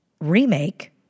remake